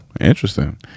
Interesting